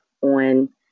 on